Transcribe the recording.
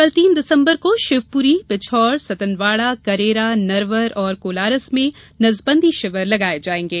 कल तीन दिसम्बर को शिवपुरी पिछौर सतनवाड़ा करेरा नरवर और कोलारस में नसबंदी शिविर लगाये जायेंगे